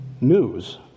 news